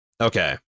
Okay